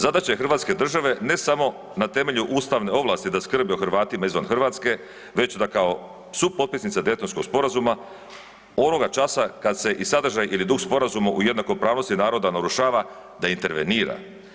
Zadaće Hrvatske države ne samo na temelju ustavne ovlasti da skrbe o Hrvatima izvan Hrvatske već sa kao supotpisinica Daytonskog sporazuma onoga časa kada se sadržaj ili duh sporazuma u jednakopravnosti naroda narušava da intervenira.